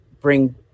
bring